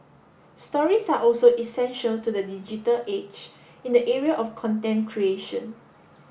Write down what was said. stories are also essential to the digital age in the area of content creation